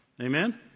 Amen